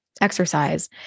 exercise